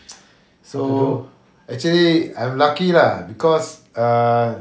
so actually I'm lucky lah because err